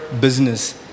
business